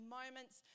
moments